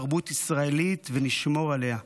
ביחד נבנה תרבות ישראלית ונשמור עליה.